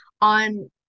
on